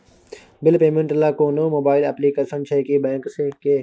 Bill payment ल कोनो mobile application छै की बैंक के?